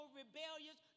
rebellious